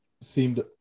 seemed